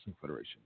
Federation